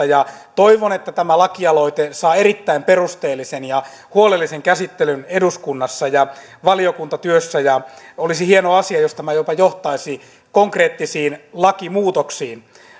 ja toivon että tämä lakialoite saa erittäin perusteellisen ja huolellisen käsittelyn eduskunnassa ja valiokuntatyössä olisi hieno asia jos tämä jopa johtaisi konkreettisiin lakimuutoksiin